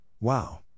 wow